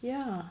ya